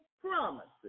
promises